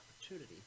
opportunity